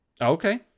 Okay